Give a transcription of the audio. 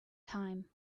time